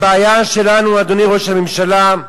הבעיה שלנו, אדוני ראש הממשלה,